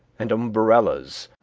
and umbrellas,